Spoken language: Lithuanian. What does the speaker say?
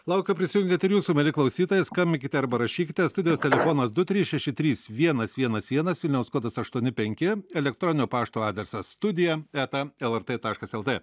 laukiu prisijungiant ir jūsų mieli klausytojai skambinkite arba rašykite studijos telefonas du trys šeši trys vienas vienas vienas vilniaus kodas aštuoni penki elektroninio pašto adresas studija eta lrt taškas lt